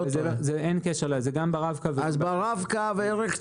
אין קשר, זה גם ברב קו וגם באפליקציה.